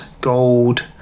gold